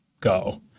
Go